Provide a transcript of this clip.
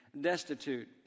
destitute